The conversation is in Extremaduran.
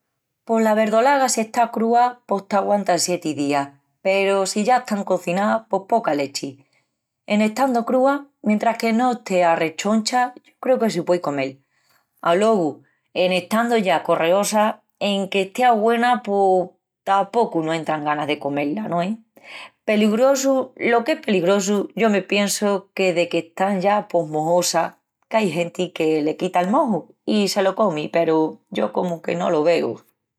Pos la verdolaga si está crúa pos t'aguanta sieti días peru s ya están coziná pos poca lechi. En estandu crúa, mentris que no estea rechoncha yo creu que se puei comel. Alogu, en estandu ya correosa, enque estea güena pos tapocu no entran ganas de comé-la, no es? Peligrosu lo qu'es peligrosu, yo me piensu qu'es deque están ya pós mohosas, qu'ai genti que le quita el mohu i se lo comi peru yo comu que no lo veu.